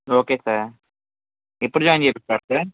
okay sir ఎప్పుడు join చేపిస్తారు sir